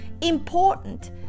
Important